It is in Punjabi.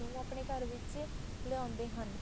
ਨੂੰ ਆਪਣੇ ਘਰ ਵਿੱਚ ਲਿਆਉਂਦੇ ਹਨ